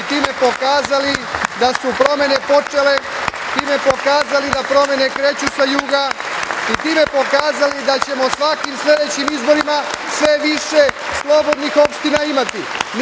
i time pokazali da su promene počele, da kreću sa juga promene i time pokazali da ćemo svakim sledećim izborima sve više slobodnih opština imati.